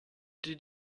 die